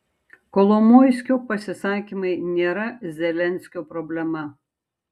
kolomoiskio pasisakymai nėra zelenskio problema